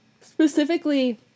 specifically